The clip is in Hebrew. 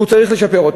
שהוא צריך לשפר,